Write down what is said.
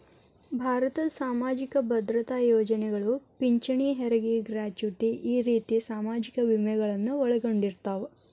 ಭಾರತದ್ ಸಾಮಾಜಿಕ ಭದ್ರತಾ ಯೋಜನೆಗಳು ಪಿಂಚಣಿ ಹೆರಗಿ ಗ್ರಾಚುಟಿ ಈ ರೇತಿ ಸಾಮಾಜಿಕ ವಿಮೆಗಳನ್ನು ಒಳಗೊಂಡಿರ್ತವ